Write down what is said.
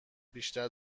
بیشتر